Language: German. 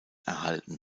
erhalten